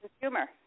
consumer